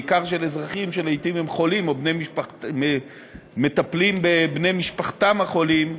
בעיקר של אזרחים שלעתים הם חולים או מטפלים בבני משפחתם החולים,